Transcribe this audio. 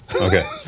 Okay